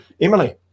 Emily